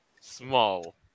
small